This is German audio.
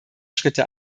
schritte